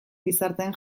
gizarteen